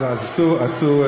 אז עשו,